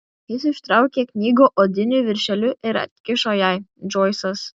jis ištraukė knygą odiniu viršeliu ir atkišo jai džoisas